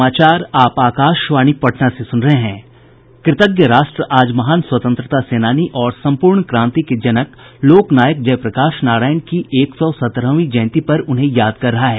कृतज्ञ राष्ट्र आज महान स्वतंत्रता सेनानी और सम्पूर्ण क्रांति के जनक लोकनायक जय प्रकाश नारायण की एक सौ सत्रहवीं जयंती पर उन्हें याद कर रहा है